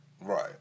right